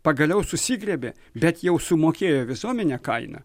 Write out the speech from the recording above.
pagaliau susigriebė bet jau sumokėjo visuomenė kainą